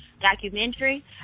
documentary